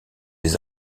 des